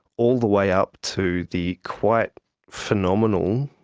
all the way up to the quite phenomenal,